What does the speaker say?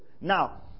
Now